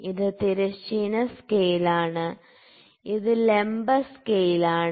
ഇത് തിരശ്ചീന സ്കെയിലാണ് ഇത് ലംബ സ്കെയിലാണ്